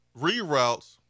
reroutes